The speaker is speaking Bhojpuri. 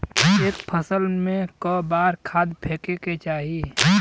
एक फसल में क बार खाद फेके के चाही?